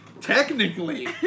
technically